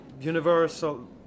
universal